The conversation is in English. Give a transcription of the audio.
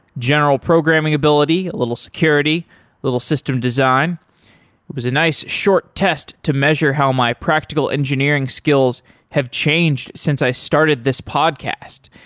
general programming ability, a little security, a little system design. it was a nice short test to measure how my practical engineering skills have changed since i started this podcast